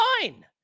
Fine